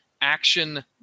action